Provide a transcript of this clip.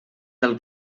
del